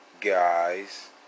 guys